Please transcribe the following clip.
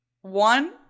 One